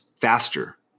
faster